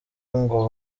ngo